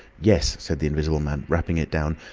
yes, said the invisible man rapping it down.